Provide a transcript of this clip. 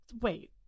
Wait